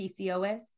PCOS